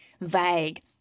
vague